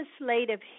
legislative